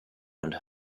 and